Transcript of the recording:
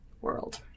world